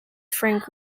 frank